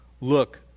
look